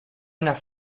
una